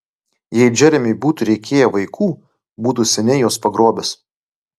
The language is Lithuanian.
jei džeremiui būtų reikėję vaikų būtų seniai juos pagrobęs